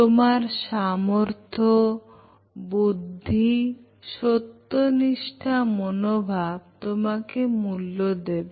তোমার সামর্থ্য বুদ্ধি সত্যনিষ্ঠা মনোভাব তোমাকে মূল্য দেবে